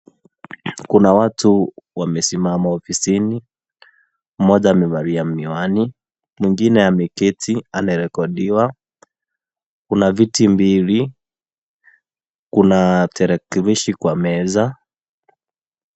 Kuna watu wamesimama ofisini, moja amevalia miwani mwingine ameketi anarecordiwa , kuna viti mbili kuna tarakilishi kwa meza.